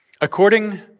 According